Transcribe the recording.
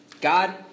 God